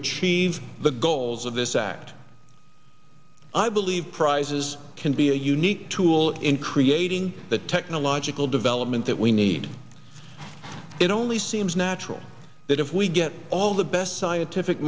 achieve the goals of this act i believe prizes can be a unique tool in creating the technological development that we need it only seems natural that if we get all the best scientific